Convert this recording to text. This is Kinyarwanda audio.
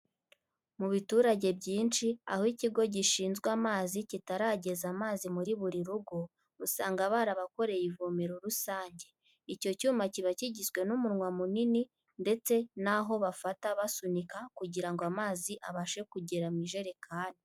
Mu biturage byinshi aho ikigo gishinzwe amazi kitarageza amazi muri buri rugo, usanga barabakoreye ivomero rusange. Icyo cyuma kiba kigizwe n'umunwa munini ndetse n'aho bafata basunika kugira ngo amazi abashe kugera mu ijerekani.